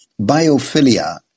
Biophilia